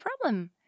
problem